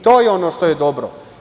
To je ono što je dobro.